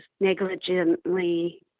negligently